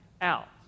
out